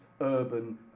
urban